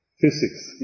physics